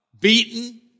beaten